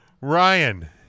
Ryan